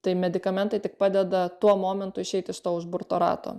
tai medikamentai tik padeda tuo momentu išeiti iš to užburto rato